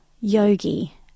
yogi